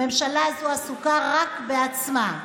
הממשלה הזו עסוקה רק בעצמה,